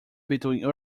between